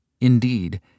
Indeed